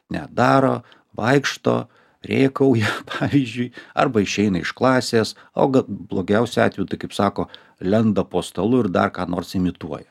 ne daro vaikšto rėkauja pavyzdžiui arba išeina iš klasės o blogiausiu atveju tai kaip sako lenda po stalu ir dar ką nors imituoja